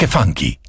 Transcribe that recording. funky